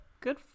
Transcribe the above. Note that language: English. good